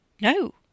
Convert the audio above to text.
No